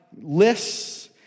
lists